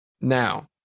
Now